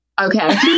okay